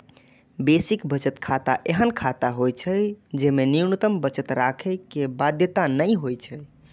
basic बचत खाता एहन खाता होइ छै, जेमे न्यूनतम बचत राखै के बाध्यता नै होइ छै